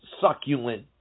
succulent